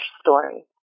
story